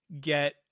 get